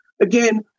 Again